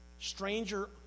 stranger